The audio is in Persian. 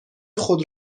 خود